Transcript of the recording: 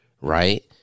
right